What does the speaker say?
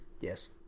Yes